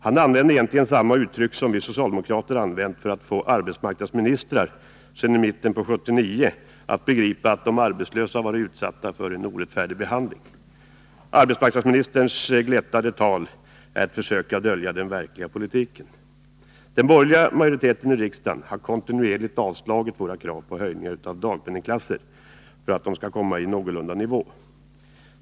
Han använde egentligen samma uttryck som vi socialdemokrater använt sedan mitten av 1979 för att få arbetsmarknadsministrar att begripa att de arbetslösa varit utsatta för en orättfärdig behandling. Arbetsmarknadsministerns glättade tal är ett försök att dölja den verkliga politiken. Den borgerliga majoriteten i riksdagen har kontinuerligt avslagit våra krav på höjningar av dagpenningsklasserna för att de skall komma i någorlunda nivå.